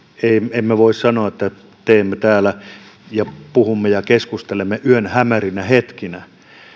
emme voi sanoa että teemme täällä ja puhumme ja keskustelemme yön hämärinä hetkinä